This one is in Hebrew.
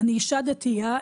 אני אישה דתייה,